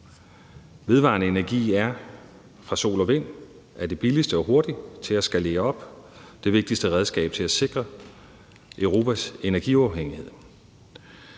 Vedvarende energi fra sol og vind er det billigste og hurtigste at skalere op og det vigtigste redskab til at sikre Europas energiuafhængighed.